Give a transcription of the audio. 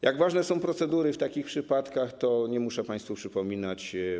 Jak ważne są procedury w takich przypadkach, nie muszę państwu przypominać.